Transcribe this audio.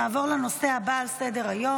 נעבור לנושא הבא על סדר-היום,